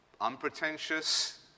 unpretentious